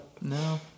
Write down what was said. No